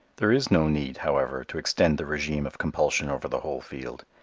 there is no need, however, to extend the regime of compulsion over the whole field.